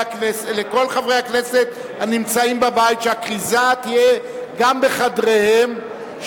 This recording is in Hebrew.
הכנסת הנמצאים בבית שהכריזה תהיה גם בחדריהם,